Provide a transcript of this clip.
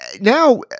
now